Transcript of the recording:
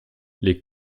les